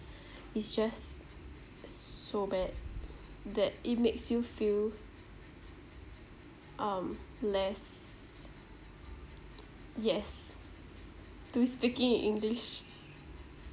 is just s~ so bad that it makes you feel um less yes to speaking in english